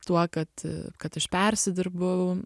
tuo kad kad aš persidirbu